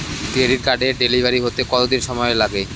Credit কার্ডের delivery হতে কতদিন সময় লাগে?